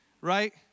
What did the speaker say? Right